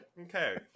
Okay